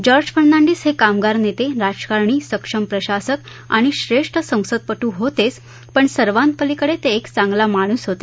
George Fernandes हे कामगार नेते राजकारणी संक्षम प्रशासक आणि श्रेष्ठ संसदपट्ट होतेच पण सर्वांच्यापलीकडे ते एक चांगला माणूस होते